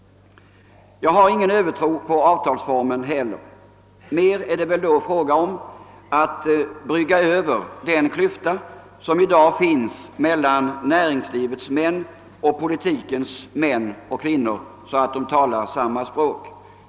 Jag har ingen övertro på avtalsformen. Mer är detta en fråga om att brygga över den klyfta som i dag finns mellan näringslivets och politikens män och kvinnor så att de talar samma språk.